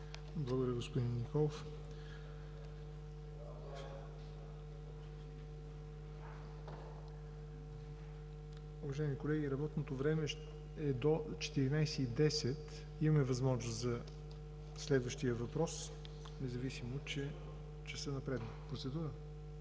Благодаря Ви, господин Николов. Уважаеми колеги, работното време е до 14,10 ч. Имаме възможност за следващия въпрос, независимо че часът напредва.